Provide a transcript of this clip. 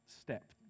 step